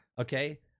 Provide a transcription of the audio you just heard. okay